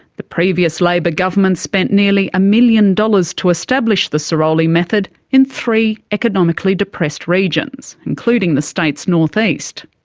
the previous labor government spent nearly a million dollars to establish the sirolli method in three economically depressed regions, including the state's north-east.